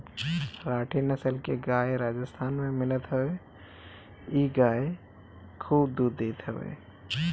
राठी नसल के गाई राजस्थान में मिलत हअ इ गाई खूब दूध देत हवे